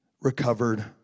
recovered